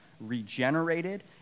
regenerated